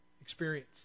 Experience